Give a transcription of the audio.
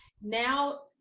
now